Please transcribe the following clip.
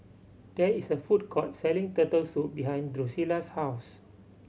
there is a food court selling Turtle Soup behind Drusilla's house